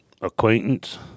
acquaintance